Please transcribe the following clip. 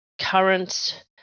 current